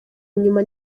nyuma